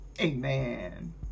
Amen